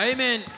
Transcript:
Amen